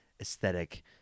aesthetic